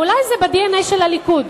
אולי זה ב-DNA של הליכוד.